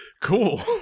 cool